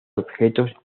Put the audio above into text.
objetos